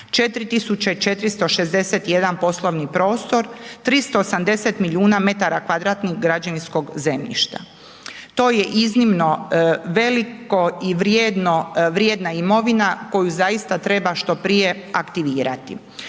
4461 poslovni prostor, 380 milijuna m2 građevinskog zemljišta, to je iznimno veliko i vrijedno, vrijedna imovina koju zaista treba što prije aktivirati.